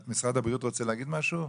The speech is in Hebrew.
משרד הבריאות רוצה להגיד משהו?